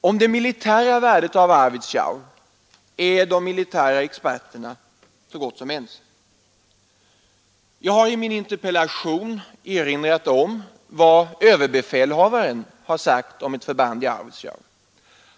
Om det militära värdet av ett fredsförband i Arvidsjaur är de militära experterna så gott som ense. Jag har i min interpellation erinrat om vad överbefälhavaren har sagt om ett förband i Arvidsjaur.